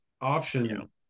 option